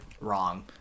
Wrong